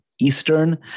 Eastern